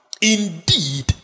indeed